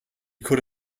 could